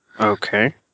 Okay